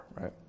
right